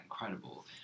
incredible